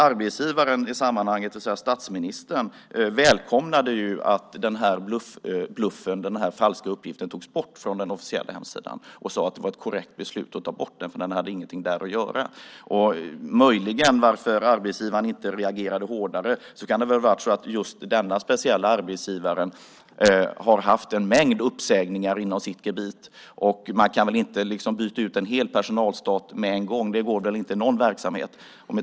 Arbetsgivaren i sammanhanget, det vill säga statsministern, välkomnade ju att den här bluffen, den falska uppgiften, togs bort från den officiella hemsidan och sade att det var ett korrekt beslut att ta bort den. Den hade ingenting där att göra. Skälet till att arbetsgivaren inte reagerade hårdare kan väl ha varit att just denna speciella arbetsgivare har haft en mängd uppsägningar inom sitt gebit. Man kan väl inte byta ut en hel personalstat med en gång. Det går väl inte i någon verksamhet.